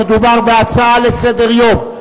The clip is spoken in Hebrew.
המדובר בהצעה לסדר-היום,